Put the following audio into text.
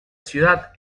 ciudad